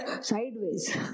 sideways